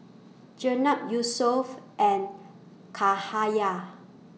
Jenab Yusuf and Cahaya